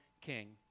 king